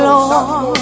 Lord